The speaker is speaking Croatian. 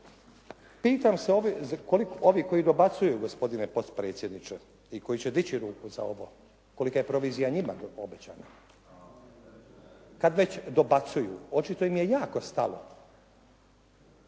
Pitam se ovi koji dobacuju ovdje gospodine potpredsjedniče i koji će dići ruku za ovo kolika je provizija njima obećana kad već dobacuju, očito im je jako stalo,